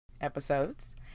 episodes